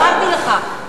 אמרתי לך,